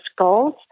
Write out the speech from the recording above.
goals